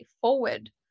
forward